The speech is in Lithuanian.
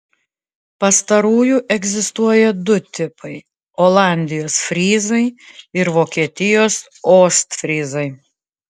pastarųjų egzistuoja du tipai olandijos fryzai ir vokietijos ostfryzai